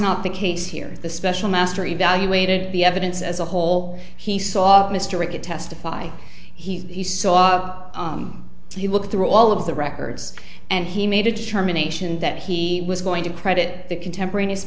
not the case here in the special master evaluated the evidence as a whole he sought mr rickett testifying he saw how he looked through all of the records and he made a determination that he was going to credit the contemporaneous